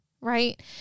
Right